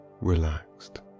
relaxed